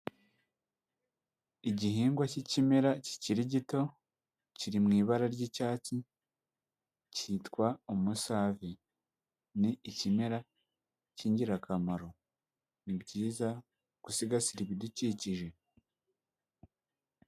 Igihingwa cy'ikimera kikiri gito kiri mu ibara ry'icyatsi cyitwa umusave ni ikimera cy'ingirakamaro nibyiza gusigasira ibidukikije.